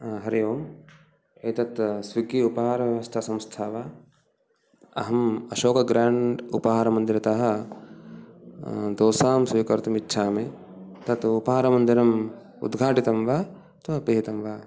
हरि ओम् एतत् स्विगी उपहारव्यवस्थासंस्था वा अहम् अशोका ग्रेण्ड् उपहारमन्दिरतः दोसां स्वीकर्तुम् इच्छामि तत् उपहारमन्दिरम् उद्घाटितं वा अथ्वा पिहितं वा